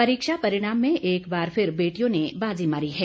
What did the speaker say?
परीक्षा परिणाम में एक बार फिर बेटियों ने बाजी मारी है